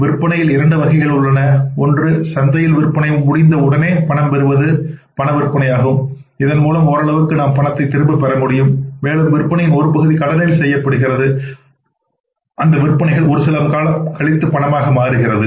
விற்பனையில் இரண்டு வகைகள் உள்ளன ஒன்று சந்தையில் விற்பனை முடிந்த உடனேயே பணம் பெறுவது பண விற்பனையாகும் இதன் மூலம் ஓரளவுக்கு நாம் பணத்தை திரும்பப் பெற முடியும் மேலும் விற்பனையின் ஒரு பகுதி கடனில் செய்யப்படுகிறது அந்த விற்பனைகள் ஒரு சில காலம் கழித்து பணமாக மாறும்